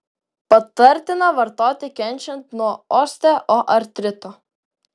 patartina vartoti kenčiant nuo osteoartrito